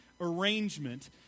arrangement